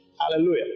Hallelujah